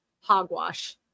hogwash